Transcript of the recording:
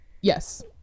Yes